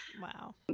Wow